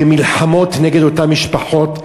במלחמות נגד אותן משפחות.